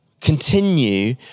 continue